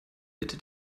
bitte